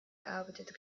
erarbeitete